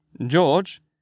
George